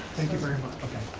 thank you very much.